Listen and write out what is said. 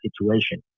situation